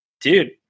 Dude